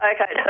Okay